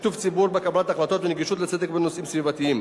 שיתוף ציבור בקבלת החלטות ונגישות לצדק בנושאים סביבתיים.